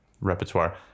repertoire